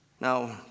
Now